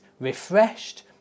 refreshed